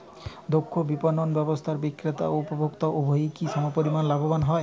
দক্ষ বিপণন ব্যবস্থায় বিক্রেতা ও উপভোক্ত উভয়ই কি সমপরিমাণ লাভবান হয়?